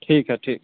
ठीक है ठी